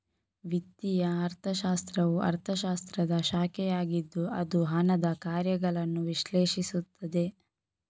ವಿತ್ತೀಯ ಅರ್ಥಶಾಸ್ತ್ರವು ಅರ್ಥಶಾಸ್ತ್ರದ ಶಾಖೆಯಾಗಿದ್ದು ಅದು ಹಣದ ಕಾರ್ಯಗಳನ್ನು ವಿಶ್ಲೇಷಿಸುತ್ತದೆ